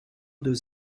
does